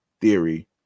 theory